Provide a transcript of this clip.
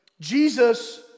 Jesus